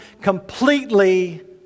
completely